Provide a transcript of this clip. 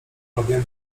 robię